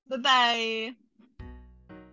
Bye-bye